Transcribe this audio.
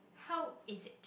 how is it